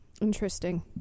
interesting